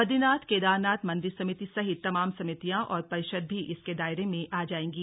बदरीनाथ केदरानाथ मंदिर समिति सहित तमाम समितियां और परिषद भी इसके दायरे में आ जाएंगी